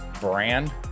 brand